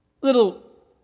little